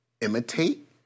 imitate